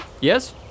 Yes